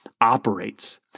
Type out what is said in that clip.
Operates